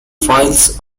flies